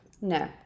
No